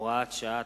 (הוראת שעה),